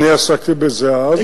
אני עסקתי בזה אז,